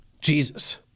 Jesus